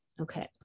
okay